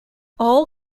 all